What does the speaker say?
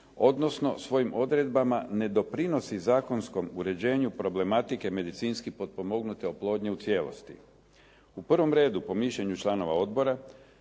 odnosno svojim odredbama ne doprinosi zakonskom uređenju problematike medicinski potpomognute oplodnje u cijelosti. U prvom redu, po mišljenju članova odbora,